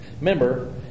Remember